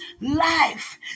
life